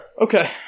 okay